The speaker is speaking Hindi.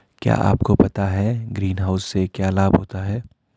क्या आपको पता है ग्रीनहाउस से क्या लाभ होता है?